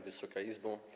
Wysoka Izbo!